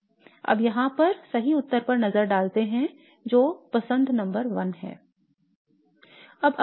अब यहां पर सही उत्तर पर नजर डालते हैं जो पसंद नंबर I है